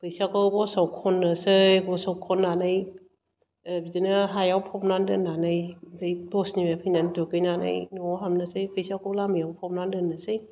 फैसाखौ बसआव खन्नोसै बसआव खन्नानै बिदिनो हायाव फबना दोन्नानै बै बसनिफ्राय फैनानै दुगैनानै न'आव हाबनोसै फैसाखौ लामायाव फबना दोनसै